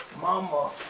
Mama